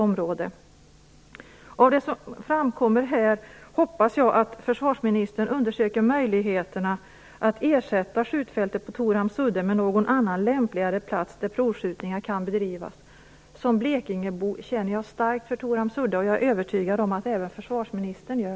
Jag hoppas att jag kan få ett positivt svar på mina frågor.